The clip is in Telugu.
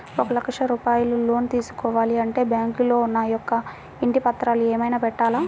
ఒక లక్ష రూపాయలు లోన్ తీసుకోవాలి అంటే బ్యాంకులో నా యొక్క ఇంటి పత్రాలు ఏమైనా పెట్టాలా?